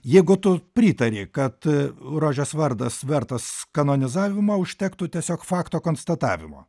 jeigu tu pritari kad rožės vardas vertas kanonizavimo užtektų tiesiog fakto konstatavimo